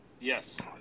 Yes